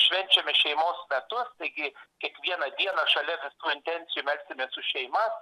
švenčiame šeimos metus taigi kiekvieną dieną šalia visų intencijų melsimės už šeimas